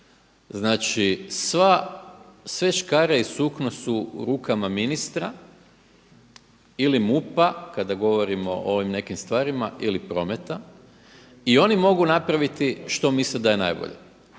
Znači sve škare i sukno su u rukama ministra ili MUP-a kada govorimo o ovim nekim stvarima ili prometa i oni mogu napraviti što misle da je najbolje.